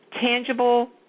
tangible